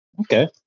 Okay